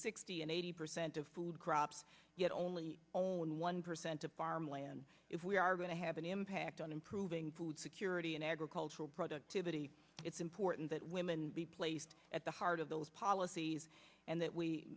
sixty and eighty percent of food crops only on one percent of farmland if we are going to have an impact on improving food security and agricultural productivity it's important that women be placed at the heart of those policies and that we